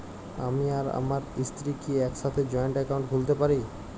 আমি আর আমার স্ত্রী কি একসাথে জয়েন্ট অ্যাকাউন্ট খুলতে পারি?